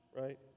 right